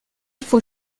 faut